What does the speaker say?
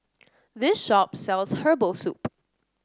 this shop sells Herbal Soup